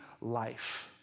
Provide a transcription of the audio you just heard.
life